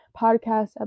podcast